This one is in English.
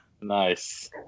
nice